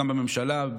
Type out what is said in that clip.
גם בממשלה,